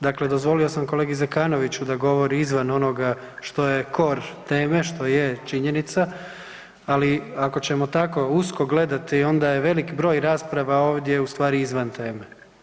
Dakle, dozvolio sam kolegi Zekanoviću da govori izvan onoga što je kor teme što je činjenica, ali ako ćemo tako usko gledati onda je veliki broj rasprava ovdje u stvari izvan teme.